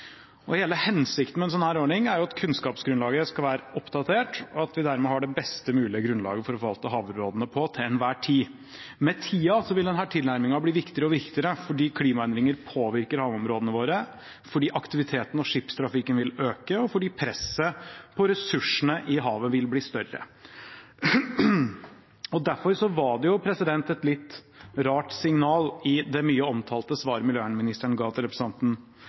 til. Hele hensikten med en sånn ordning er at kunnskapsgrunnlaget skal være oppdatert, og at vi dermed har det best mulige grunnlaget for å forvalte havområdene til enhver tid. Med tiden vil denne tilnærmingen bli viktigere og viktigere – fordi klimaendringene påvirker havområdene våre, fordi aktiviteten og skipstrafikken vil øke, og fordi presset på ressursene i havet vil bli større. Derfor var det et litt rart signal i det mye omtalte svaret som klima- og miljøministeren ga til representanten